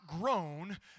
grown